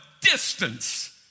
distance